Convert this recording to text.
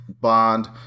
bond